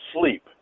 sleep